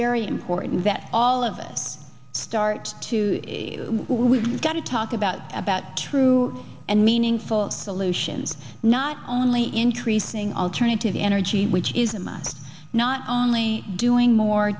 very important that all of us start to we've got to talk about about true and meaningful solutions not only increasing alternative energy which is a must not only doing more